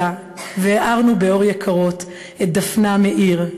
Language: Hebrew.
והארנו באור יקרות את דפנה מאיר,